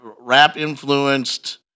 rap-influenced